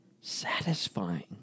satisfying